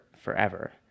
forever